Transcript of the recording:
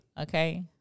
Okay